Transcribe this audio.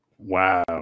wow